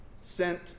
sent